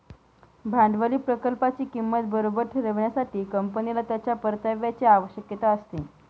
भांडवली प्रकल्पाची किंमत बरोबर ठरविण्यासाठी, कंपनीला त्याच्या परताव्याची आवश्यकता असते